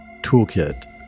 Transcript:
toolkit